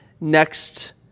next